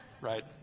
right